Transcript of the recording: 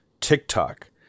TikTok